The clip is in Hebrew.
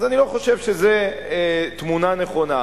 אז אני לא חושב שזו תמונה נכונה.